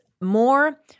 more –